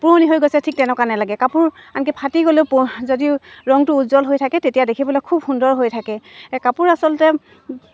পুৰণি হৈ গৈছে ঠিক তেনেকুৱা নেলাগে কাপোৰ আনকি ফাটি গ'লেও পু যদি ৰংটো উজ্জ্বল হৈ থাকে তেতিয়া দেখিবলে খুব সুন্দৰ হৈ থাকে কাপোৰ আচলতে